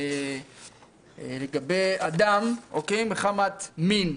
לגבי אדם מחמת מין,